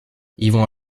yvon